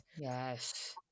Yes